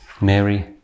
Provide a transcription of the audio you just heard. Mary